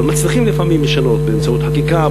אבל לפעמים מצליחים לשנות באמצעות חקיקה.